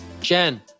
Jen